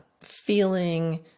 feeling